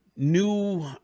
New